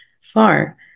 far